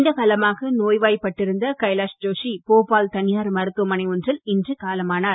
நீண்ட காலமாக நோய்வாய்ப் பட்டிருந்த கைலாஷ் ஜோஷி போபால் தனியார் மருத்துமனை ஒன்றில் இன்று காலமானார்